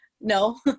No